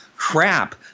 Crap